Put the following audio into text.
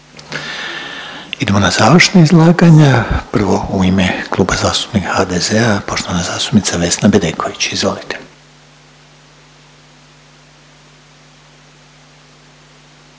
Idemo na završna izlaganja, prvo u ime Kluba zastupnika HDZ-a poštovana zastupnica Vesna Bedeković, izvolite.